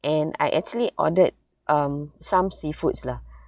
and I actually ordered um some seafoods lah